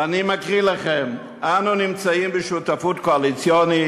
ואני מקריא לכם: אנו נמצאים בשותפות קואליציונית.